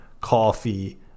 coffee